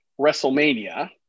wrestlemania